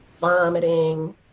vomiting